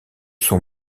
sont